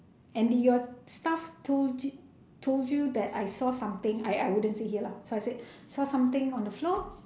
and did your staff told you told you that I saw something I I wouldn't say here lah so I said saw something on the floor